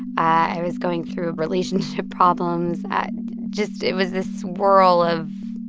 i was going through relationship problems. just it was this swirl of